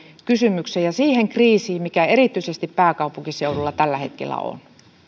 kysymykseen liittyen siihen kriisiin mikä erityisesti pääkaupunkiseudulla tällä hetkellä on